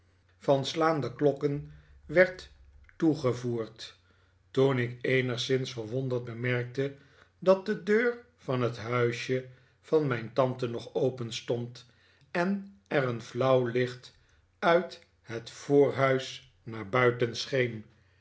van slaande klokken werd toegevoerd toen ik eenigszins verwonderd bemerkte dat de deur van het huisje van mijn tante nog openstond en er een flauw licht uit he voorhuis naar buiten scheen